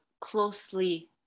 closely